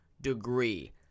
degree